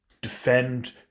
defend